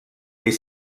est